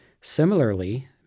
Similarly